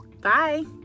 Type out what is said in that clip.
Bye